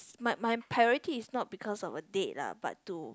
my my priority is not because of a date lah but to